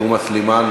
תומא סלימאן,